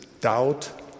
doubt